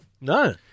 No